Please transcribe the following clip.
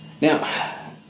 now